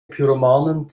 pyromanen